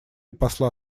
посла